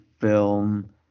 film